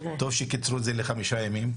טוב שקיצרו את זה לחמישה ימים,